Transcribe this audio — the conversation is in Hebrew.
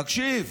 תקשיב,